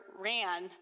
ran